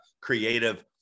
creative